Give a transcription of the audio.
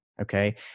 Okay